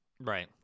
Right